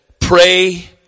pray